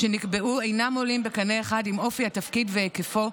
שנקבעו אינם עולים בקנה אחד עם אופי התפקיד והיקפו,